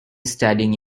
studying